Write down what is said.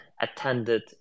attended